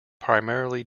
primarily